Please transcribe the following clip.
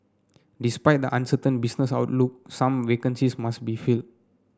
despite the uncertain business outlook some vacancies must be filled